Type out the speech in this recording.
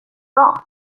vad